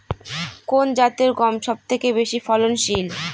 কোন জাতের গম সবথেকে বেশি ফলনশীল?